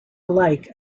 alike